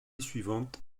suivante